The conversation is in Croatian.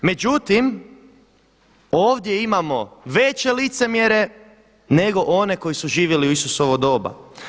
Međutim, ovdje imamo veće licemjere nego one koji su živjeli u Isusovo doba.